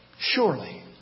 Surely